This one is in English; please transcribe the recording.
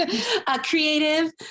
Creative